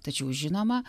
tačiau žinoma